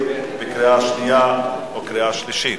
(תיקון) לקריאה שנייה וקריאה שלישית.